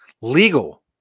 legal